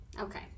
okay